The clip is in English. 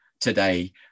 today